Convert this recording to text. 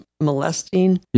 molesting